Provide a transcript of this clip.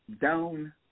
down